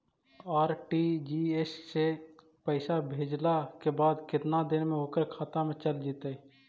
RTGS से पैसा भेजला के बाद केतना देर मे ओकर खाता मे चल जितै?